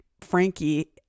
frankie